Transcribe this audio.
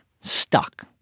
stuck